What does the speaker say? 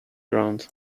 ground